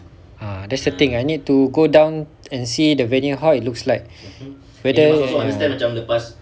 ah that's the thing I need to go down and see the venue how it looks like whether ya